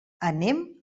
anem